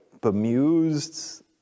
bemused